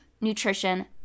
nutrition